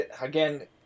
again